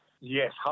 Yes